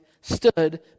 stood